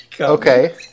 Okay